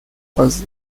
was